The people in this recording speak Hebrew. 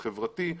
החברתי,